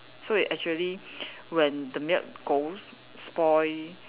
so it actually when the milk goes spoil